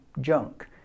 junk